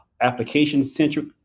application-centric